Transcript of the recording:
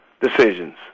decisions